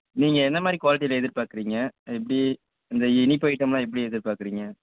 நீங்கள் என்ன மாதிரி க்வாலிட்டியில் எதிர்பார்க்கறீங்க எப்படி இந்த இனிப்பு ஐட்டம்லாம் எப்படி எதிர்பார்க்கறீங்க